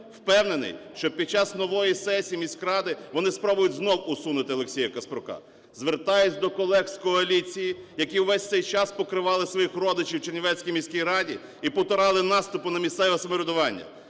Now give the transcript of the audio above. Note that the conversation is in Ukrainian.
Впевнений, що під час нової сесії міськради вони спробують знову усунути Олексія Каспрука. Звертаюся до колег з коаліції, які весь цей час покривали своїх родичів в Чернівецькій міській раді і потурали наступу на місцеве самоврядування.